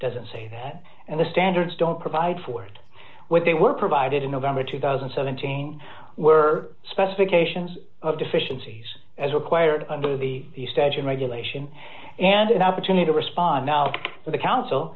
doesn't say that and the standards don't provide forward what they were provided in november two thousand and seven jane were specifications of deficiencies as required under the statute regulation and an opportunity to respond now to the council